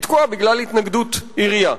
היא תקועה בגלל התנגדות עירייה.